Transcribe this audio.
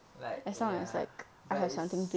like ya but it's